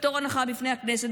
בפטור מחובת הנחה בפני הכנסת,